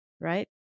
right